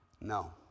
No